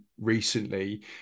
recently